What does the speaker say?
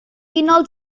unol